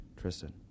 Tristan